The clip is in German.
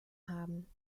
haben